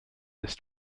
this